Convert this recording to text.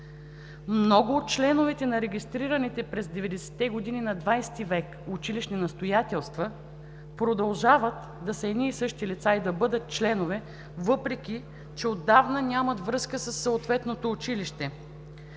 Много от членовете на регистрираните през 90-те години на XX век училищни настоятелства продължават да са едни и същи лица и да бъдат членове, въпреки че отдавна нямат връзка със съответното училище.